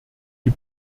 die